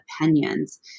opinions